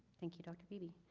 thank you, doctor beebe.